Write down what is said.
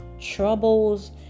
troubles